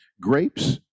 Grapes